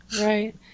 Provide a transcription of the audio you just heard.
Right